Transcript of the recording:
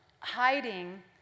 hiding